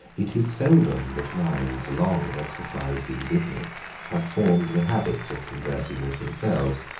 it is seldom that minds long exercised in business have formed the habits of conversing with themselves,